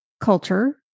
culture